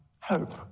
hope